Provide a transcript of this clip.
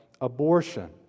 abortion